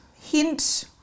hint